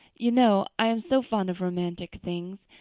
you know. i am so fond of romantic things,